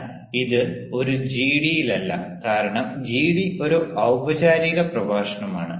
എന്നാൽ ഇത് ഒരു ജിഡിയിലല്ല കാരണം ഈ ജിഡി ഒരു ഔപചാരിക പ്രഭാഷണമാണ്